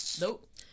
Nope